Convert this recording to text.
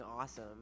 awesome